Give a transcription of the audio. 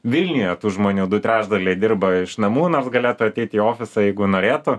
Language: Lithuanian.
vilniuje tų žmonių du trečdaliai dirba iš namų nors galėtų ateit į ofisą jeigu norėtų